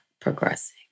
progressing